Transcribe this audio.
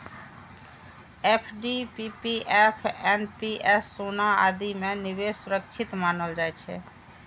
FD, PPF, NPS, सोना आदि मे निवेश सुरक्षित मानल जाइ छै